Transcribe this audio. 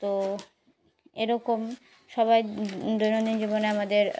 তো এরকম সবাই দৈনন্দিন জীবনে আমাদের